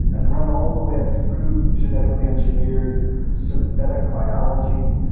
and run all the way ah through genetically engineered synthetic biology,